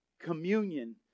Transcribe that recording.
communion